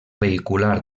vehicular